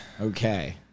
okay